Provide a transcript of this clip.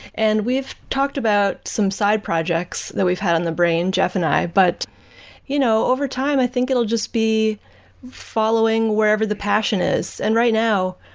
and we've talked about some side projects that we've had on the brain, jeff and i, but you know over time, i think it'll just be following wherever the passion is. and right now,